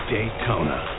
Daytona